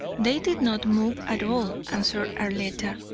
they did not move at all, answered arletta,